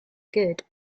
good